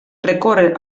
recórrer